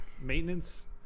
maintenance